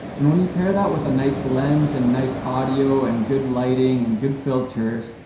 and when you pair that with a nice lens, and nice audio, and good lighting, and good filters,